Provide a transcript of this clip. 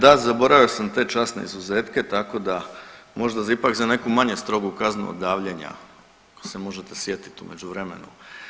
Da, zaboravio sam te časne izuzetke tako da možda za ipak za neku manje strogu kaznu od davljenja ako se možete sjetit u međuvremenu.